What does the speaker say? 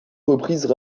reprises